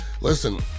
Listen